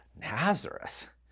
Nazareth